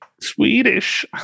Swedish